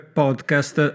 podcast